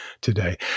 today